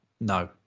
no